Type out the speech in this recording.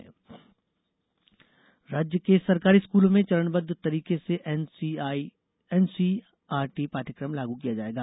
NCERT राज्य के सरकारी स्कूलों में चरणबद्ध तरीके से एनसीआरटी पाठ्यक्रम लागू किया जायेगा